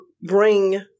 bring